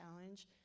Challenge